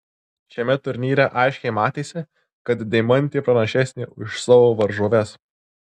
šiame turnyre aiškiai matėsi kad deimantė pranašesnė už savo varžoves